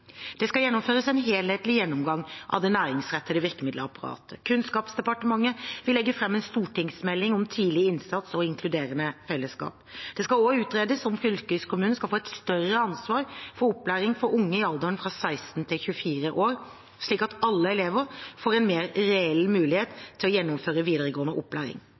Det skal gjennomføres en helhetlig gjennomgang av det næringsrettede virkemiddelapparatet. Kunnskapsdepartementet vil legge fram en stortingsmelding om tidlig innsats og inkluderende fellesskap. Det skal også utredes om fylkeskommunene skal få et større ansvar for opplæringen for unge i alderen fra 16 til 24 år, slik at alle elever får en mer reell mulighet til å gjennomføre videregående opplæring.